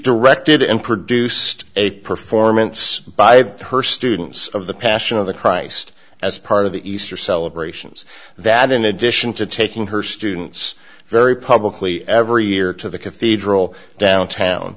directed and produced a performance by her students of the passion of the christ as part of the easter celebrations that in addition to taking her students very publicly every year to the